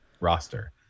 roster